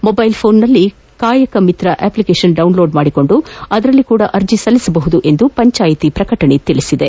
mobile ಪೋನಿನಲ್ಲಿ Kayaka Mitra application download ಮಾಡಿಕೊಂಡು ಅದರಲ್ಲೂ ಸಪ ಅರ್ಜಿಯನ್ನು ಸಲ್ಲಿಸಬಹುದಾಗಿದೆ ಎಂದು ಪಂಚಾಯಿತಿ ಪ್ರಕಟಣೆ ತಿಳಿಸಿದೆ